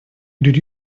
did